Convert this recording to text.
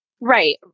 Right